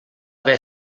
haver